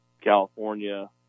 California